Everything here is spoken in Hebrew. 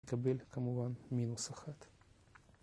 נקבל כמובן מינוס אחת